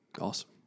Awesome